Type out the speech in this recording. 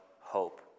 hope